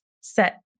set